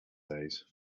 days